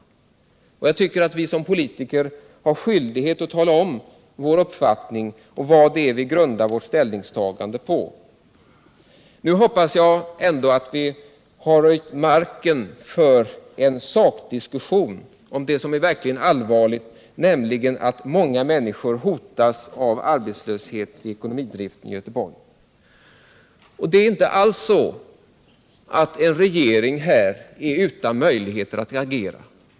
Jag tycker nämligen att vi som politiker har skyldighet att redovisa vår uppfattning och vad vi grundar vårt ställningstagande på. Jag hoppas att marken nu är röjd för en sakdiskussion om det som är verkligt allvarligt, nämligen att många människor inom ekonomidriften vid NK/Åhléns hotas av arbetslöshet. Det förhåller sig inte alls så 65 att regeringen här inte har möjligheter att agera.